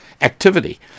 activity